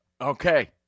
Okay